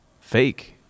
fake